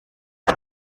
for